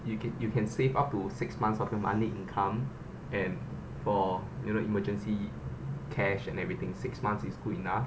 you can you can save up to six months of your monthly income and for you know emergency cash and everything six months is good enough